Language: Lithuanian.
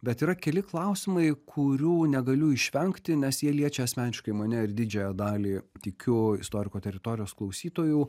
bet yra keli klausimai kurių negaliu išvengti nes jie liečia asmeniškai mane ir didžiąją dalį tikiu istoriko teritorijos klausytojų